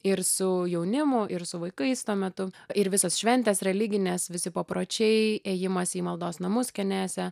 ir su jaunimu ir su vaikais tuo metu ir visos šventės religinės visi papročiai ėjimas į maldos namus kenesę